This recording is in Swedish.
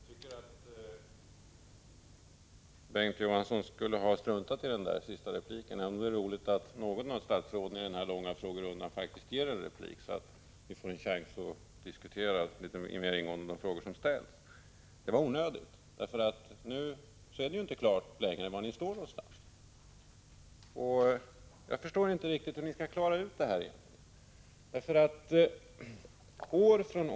Herr talman! Jag tycker att Bengt K. Å. Johansson skulle ha struntat i den sista repliken. Men det är roligt att något av statsråden i den här långa frågerundan faktiskt ger en replik, så att vi får en chans att diskutera de frågor som ställs. Men inlägget var onödigt, för nu är det inte klart längre var ni står. Jag förstår inte riktigt hur ni skall klara ut det.